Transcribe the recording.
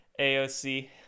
AOC